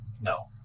No